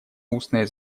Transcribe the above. устное